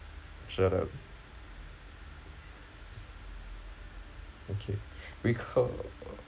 shut up okay recall